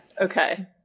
Okay